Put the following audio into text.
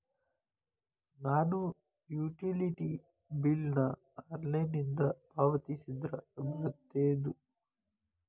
ನಾನು utility bill ನ ಆನ್ಲೈನಿಂದ ಪಾವತಿಸಿದ್ರ ಬರ್ತದೇನು?